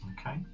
Okay